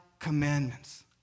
commandments